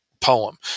poem